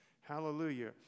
Hallelujah